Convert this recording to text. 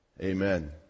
Amen